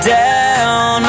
down